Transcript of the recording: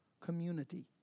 community